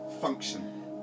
function